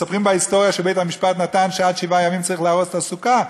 מספרים בהיסטוריה שבית-המשפט פסק שעד שבעה ימים צריך להרוס את הסוכה,